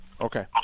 Okay